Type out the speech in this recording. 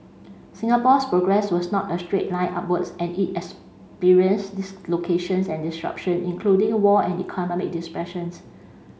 Singapore's progress was not a straight line upwards and it experienced dislocations and disruption including war and economic